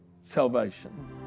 salvation